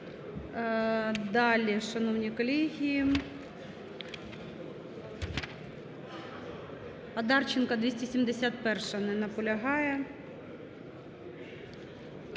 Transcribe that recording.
Далі, шановні колеги. Одарченко, 271-а. Не наполягає.